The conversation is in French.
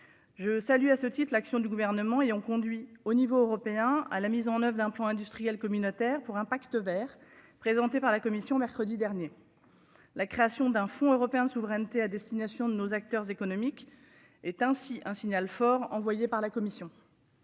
Je salue à ce titre, l'action du gouvernement ayant conduit au niveau européen, à la mise en oeuvre un plan industriel communautaire pour un pacte Vert, présenté par la Commission, mercredi dernier. La création d'un fonds européen de souveraineté à destination de nos acteurs économiques est ainsi un signal fort envoyé par la commission.